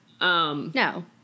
No